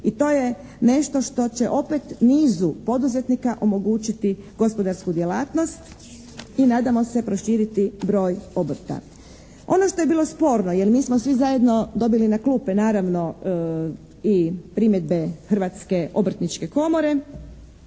I to je nešto što će opet nizu poduzetnika omogućiti gospodarsku djelatnost i nadamo se proširiti broj obrta. Ono što je bilo sporno, jer mi smo svi zajedno dobili na klupe naravno i primjedbe Hrvatske obrtničke komore